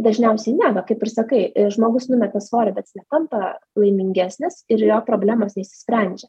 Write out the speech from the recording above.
dažniausiai ne kaip ir sakai žmogus numeta svorį bet jis netampa laimingesnis ir jo problemos neišsisprendžia